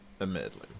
admittedly